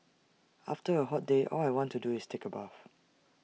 after A hot day all I want to do is take A bath